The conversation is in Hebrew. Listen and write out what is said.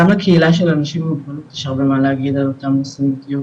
גם לקהילה של אנשים עם מוגבלות יש הרבה מה להגיד על אותם נושאים בדיוק,